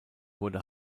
wurde